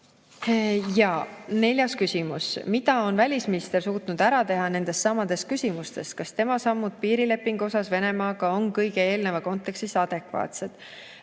Neljas küsimus: "Mida on välisminister suutnud ära teha nendessamades küsimustes? Kas tema sammud piirilepingu osas Venemaaga on kõige eelneva kontekstis adekvaatsed?"